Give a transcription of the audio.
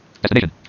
Destination